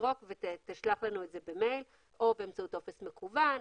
תסרוק ותשלח לנו במייל או באמצעות טופס מקוון.